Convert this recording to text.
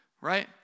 right